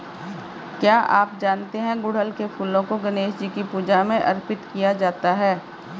क्या आप जानते है गुड़हल के फूलों को गणेशजी की पूजा में अर्पित किया जाता है?